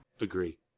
Agree